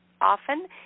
often